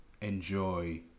enjoy